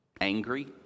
angry